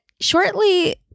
shortly